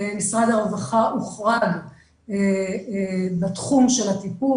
משרד הרווחה הוחרג בתחום של הטיפול,